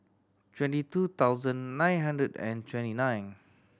twenty two thousand nine hundred and twenty nine